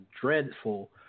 dreadful